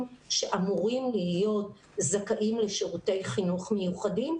שאמורים להיות זכאים לשירותי חינוך מיוחדים?